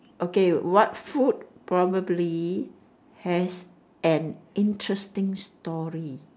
okay what food probably has an interesting story